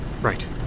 Right